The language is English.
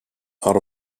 out